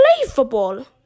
unbelievable